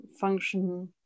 function